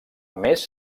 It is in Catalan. més